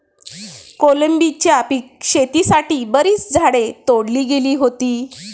कोलंबीच्या शेतीसाठी बरीच झाडे तोडली गेली होती